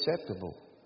acceptable